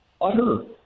utter